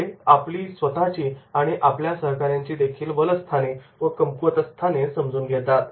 ते आपली स्वतःची आणि आपल्या सहकाऱ्यांचीदेखील बलस्थाने व कमकुवतस्थाने समजून घेतात